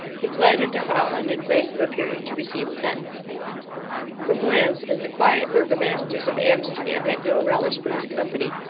he fled into holland in place of appearing to receive sentence from whence, as the quiet burgomasters of amsterdam had no relish for his company,